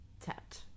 tapped